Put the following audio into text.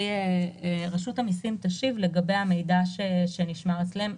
רשות המיסים תשיב לגבי המידע שנשמר אצלם.